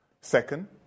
Second